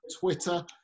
Twitter